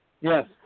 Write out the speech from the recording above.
Yes